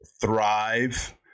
thrive